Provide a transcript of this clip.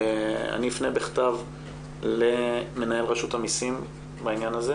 אני אפנה בכתב למנהל רשות המסים בעניין הזה